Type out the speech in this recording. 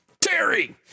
Terry